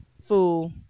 Fool